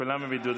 כולם בבידוד.